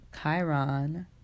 Chiron